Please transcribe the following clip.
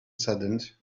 saddened